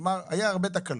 כלומר, היו הרבה תקלות.